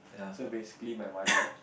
so basically my mother